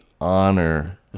honor